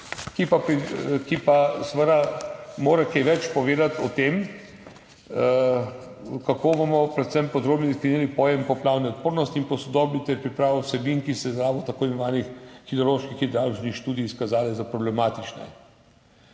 ki pa mora kaj več povedati o tem, kako bomo predvsem podrobneje sklenili pojem poplavne odpornosti in posodobili pripravo vsebin, ki so se iz tako imenovanih hidrološko-hidravličnih študij izkazale za problematične.